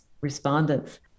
respondents